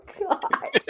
god